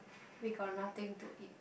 we got nothing to eat